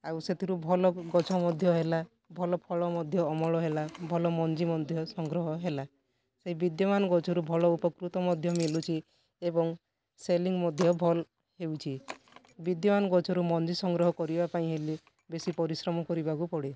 ଆଉ ସେଥିରୁ ଭଲ ଗଛ ମଧ୍ୟ ହେଲା ଭଲ ଫଳ ମଧ୍ୟ ଅମଳ ହେଲା ଭଲ ମଞ୍ଜି ମଧ୍ୟ ସଂଗ୍ରହ ହେଲା ସେଇ ବିଦ୍ୟମାନ ଗଛରୁ ଭଲ ଉପକୃତ ମଧ୍ୟ ମିଲୁଛି ଏବଂ ସେଲିଙ୍ଗ୍ ମଧ୍ୟ ଭଲ ହେଉଛି ବିଦ୍ୟମାନ ଗଛରୁ ମଞ୍ଜି ସଂଗ୍ରହ କରିବା ପାଇଁ ହେଲେ ବେଶୀ ପରିଶ୍ରମ କରିବା ପାଇଁ ପଡ଼େ